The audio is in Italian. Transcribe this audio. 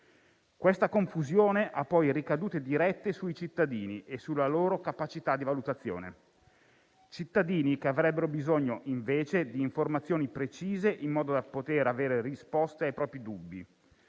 Questa confusione ha poi ricadute dirette sui cittadini e sulla loro capacità di valutazione, cittadini che avrebbero invece bisogno di informazioni precise, in modo da poter avere risposte ai propri dubbi.